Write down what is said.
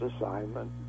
assignment